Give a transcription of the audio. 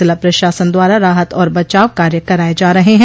जिला प्रशासन द्वारा राहत और बचाव कार्य कराये जा रहे हैं